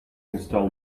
install